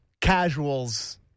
casuals